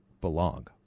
belong